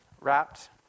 wrapped